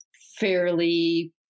fairly